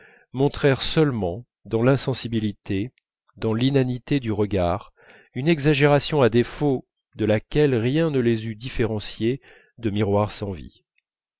montrèrent seulement dans l'insensibilité dans l'inanité du regard une exagération à défaut de laquelle rien ne les eût différenciés de miroirs sans vie